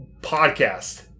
podcast